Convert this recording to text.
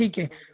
ठीक आहे